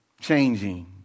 changing